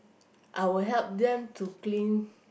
I will help them to clean